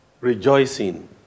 Rejoicing